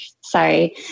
Sorry